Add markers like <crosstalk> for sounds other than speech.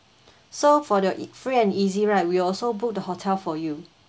<breath> so for the free and easy right we also book the hotel for you